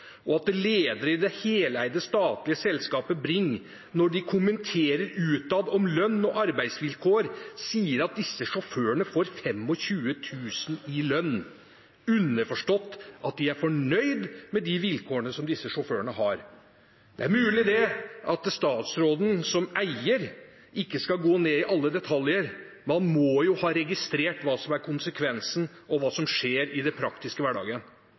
og at ledere i det heleide statlige selskapet Bring, når de kommenterer lønns- og arbeidsvilkår utad, sier at disse sjåførene får 25 000 kr i lønn – underforstått at de er fornøyd med vilkårene som disse sjåførene har? Det er mulig at statsråden som eier ikke skal gå inn i alle detaljer, men han må jo ha registrert hva som er konsekvensen, og hva som skjer i den praktiske hverdagen.